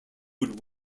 would